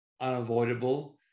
unavoidable